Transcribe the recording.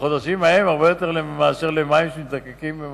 בחודשים ההם הרבה יותר מאשר במהלך החורף,